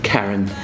Karen